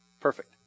Perfect